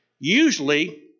Usually